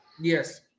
Yes